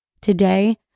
Today